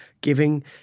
Giving